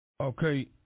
Okay